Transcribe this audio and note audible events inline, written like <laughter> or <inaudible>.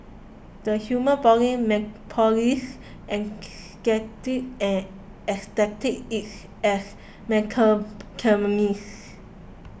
the human body met police ecstasy and ecstasy its as <unintelligible>